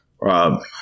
Rob